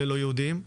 לא יהודים.